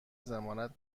ضمانت